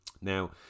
now